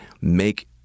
make